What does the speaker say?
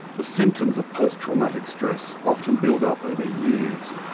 the symptoms of post traumatic stress often build up over years.